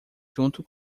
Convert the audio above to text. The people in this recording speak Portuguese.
junto